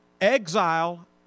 Exile